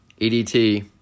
EDT